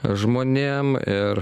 žmonėm ir